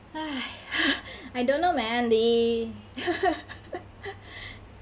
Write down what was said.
I don't know man the